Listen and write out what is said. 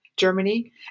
Germany